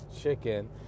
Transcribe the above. chicken